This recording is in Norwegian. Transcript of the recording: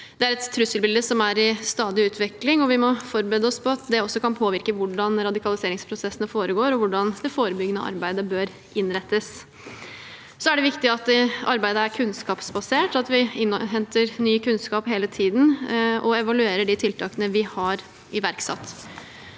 Det er et trusselbilde som er i stadig utvikling, og vi må forberede oss på at det også kan påvirke hvordan radikaliseringsprosessene foregår, og hvordan det forebyggende arbeidet bør innrettes. Det er viktig at arbeidet er kunnskapsbasert, og at vi innhenter ny kunnskap hele tiden og evaluerer de tiltakene vi har iverksatt.